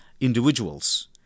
individuals